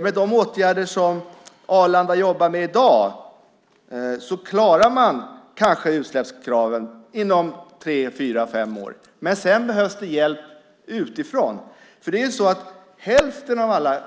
Med de åtgärder som Arlanda i dag jobbar med klarar de kanske utsläppskraven inom tre, fyra, fem år, men sedan behövs det hjälp utifrån. Hälften av alla